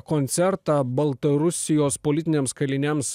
koncertą baltarusijos politiniams kaliniams